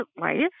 life